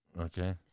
Okay